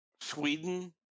Sweden